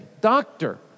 doctor